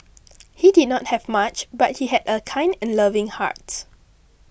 he did not have much but he had a kind and loving heart